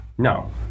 No